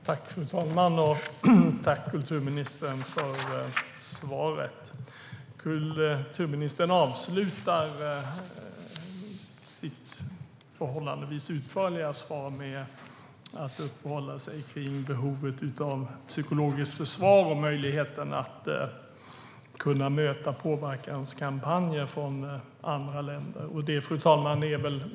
Fru talman! Jag tackar kulturministern för svaret. Kulturministern avslutar sitt förhållandevis utförliga svar med att uppehålla sig vid behovet av psykologiskt försvar och möjligheten att möta påverkanskampanjer från andra länder.